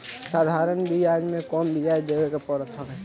साधारण बियाज में कम बियाज देवे के पड़त हवे